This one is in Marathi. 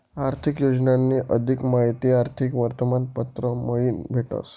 आर्थिक योजनानी अधिक माहिती आर्थिक वर्तमानपत्र मयीन भेटस